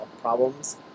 problems